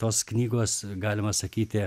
tos knygos galima sakyti